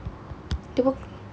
tu apa